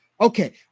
Okay